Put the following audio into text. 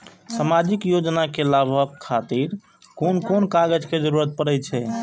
सामाजिक योजना के लाभक खातिर कोन कोन कागज के जरुरत परै छै?